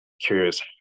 curious